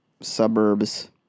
suburbs